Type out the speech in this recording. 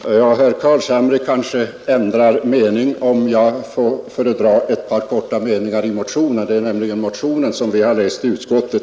Fru talman! Herr Carlshamre kanske ändrar mening om jag får föredra ett par korta meningar ur motionen 708 — det är nämligen motionen som vi läst i utskottet.